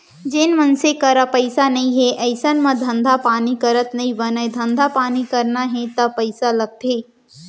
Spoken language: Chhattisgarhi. जेन मनसे करा पइसा नइ हे अइसन म धंधा पानी करत नइ बनय धंधा पानी करना हे ता पइसा लगथे